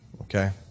Okay